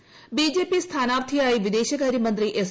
ദ്രബിജെപി സ്ഥാനാർത്ഥിയായി വിദേശകാരൃമന്ത്രി എസ്